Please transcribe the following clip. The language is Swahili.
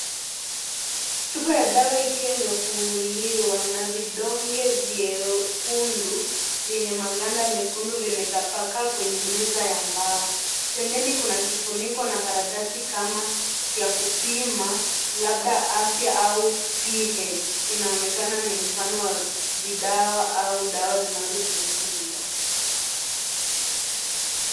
Chupa ya dawa ikiwa imefunguliwa, na vidonge vyekundu vyenye maganda mekundu vimetapakaa kwenye meza ya mbao. Pembeni kuna kifuniko na kalatasi kama ya kupima labda afya au pH . Inaonekana ni mfano wa vidawa au dawa zinazotumika nyumbani.